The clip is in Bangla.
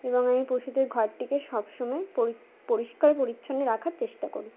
এবং আমি পশুদের ঘরটিকে সব সময় পরি পরিষ্কার পরিচ্ছন্ন রাখার চেষ্টা করি